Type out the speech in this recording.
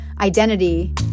identity